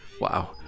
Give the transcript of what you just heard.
Wow